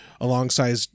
alongside